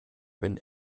wenn